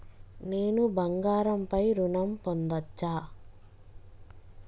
నేను బంగారం పై ఋణం పొందచ్చా?